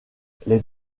les